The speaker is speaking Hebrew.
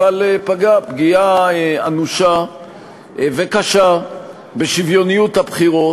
אבל פגע פגיעה אנושה וקשה בשוויוניות הבחירות,